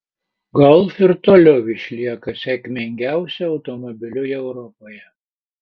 golf ir toliau išlieka sėkmingiausiu automobiliu europoje